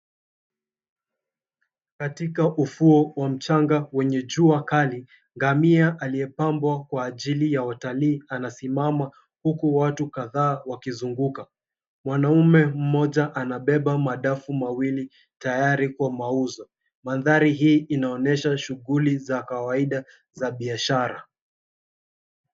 Katika ufuo wa mchanga wenye jua kali, ngamia aliyepambwa kwa ajili ya watalii anasimama huku watu kadhaa wakizunguka. Mwanaume mmoja anabeba madafu mawili tayari kwa mauzo. Mandhari hii inoonyesha shughuli za kawaida za biashara.